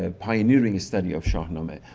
and pioneering study of shahnameh,